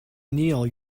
neil